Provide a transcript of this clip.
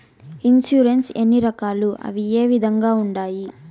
insurance ఎన్ని రకాలు అవి ఏ విధంగా ఉండాయి